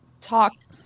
talked